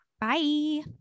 Bye